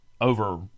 over